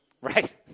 Right